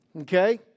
Okay